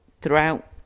throughout